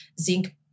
zinc